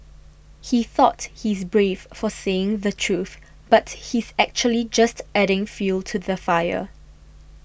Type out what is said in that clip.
he thought he's brave for saying the truth but he's actually just adding fuel to the fire